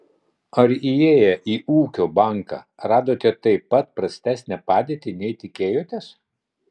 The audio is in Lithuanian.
ar įėję į ūkio banką radote taip pat prastesnę padėtį nei tikėjotės